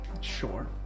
Sure